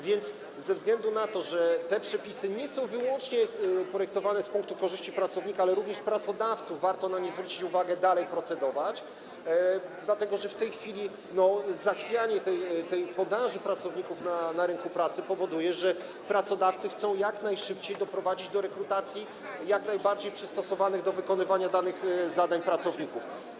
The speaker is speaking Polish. Więc ze względu na to, że te przepisy nie są wyłącznie projektowane z powodu korzyści dla pracownika, ale również pracodawców, warto na nie zwrócić uwagę i dalej procedować, dlatego że w tej chwili zachwianie podaży pracowników na rynku pracy powoduje, że pracodawcy chcą jak najszybciej doprowadzić do rekrutacji jak najbardziej przystosowanych do wykonywania danych zadań pracowników.